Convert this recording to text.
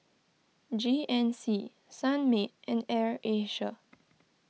G N C Sunmaid and Air Asia